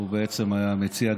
שהוא בעצם המציע,